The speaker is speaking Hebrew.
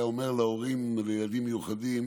היה אומר להורים לילדים מיוחדים